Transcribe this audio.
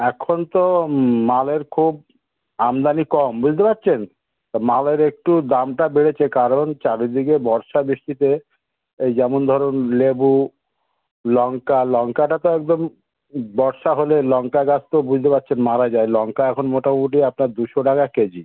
এখন তো মালের খুব আমদানি কম বুঝতে পারছেন তা মালের একটু দামটা বেড়েছে কারণ চারিদিকে বর্ষা বৃষ্টিতে এই যেমন ধরুন লেবু লঙ্কা লঙ্কাটা তো একদম বর্ষা হলে লঙ্কা গাছ তো বুঝতে পারছেন মারা যায় লঙ্কা এখন মোটামুটি আপনার দুশো টাকা কেজি